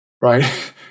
right